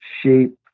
shape